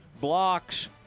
blocks